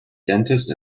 dentist